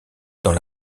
dans